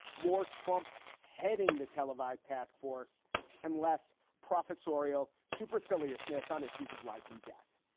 more trump heading the televised task force and less professorial, supercilious ness on issues of life and death.